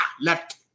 Left